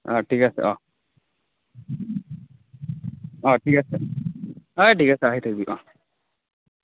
অঁ ঠিক আছে অঁ অঁ ঠিক আছে অঁ ঠিক আছে আহি থাকিবি অঁ